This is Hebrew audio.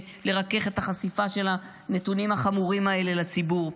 לרכך את החשיפה של הנתונים החמורים האלה לציבור.